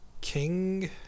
King